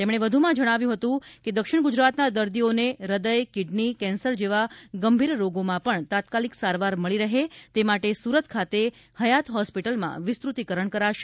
તેમણે વધુમાં જણાવ્યું હતું દક્ષિણ ગુજરાતના દર્દીઓને હૃદય કીડની કેન્સર જેવા ગંભીર રોગોમાં પણ તાત્કાલિક સારવાર મળી રહે તે માટે સુરત ખાતે હયાત હોસ્પિટલમાં વિસ્તૃતીકરણ કરાશે